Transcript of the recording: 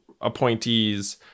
appointees